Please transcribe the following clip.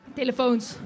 telefoons